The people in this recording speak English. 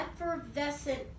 effervescent